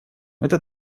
это